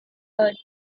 earthy